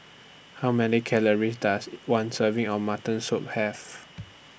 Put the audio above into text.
How Many Calories Does one Serving of Mutton Soup Have